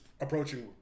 approaching